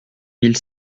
mille